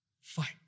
Fight